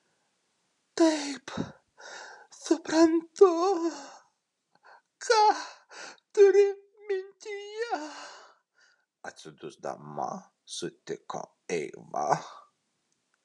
taip suprantu ką turi mintyje atsidusdama sutiko eiva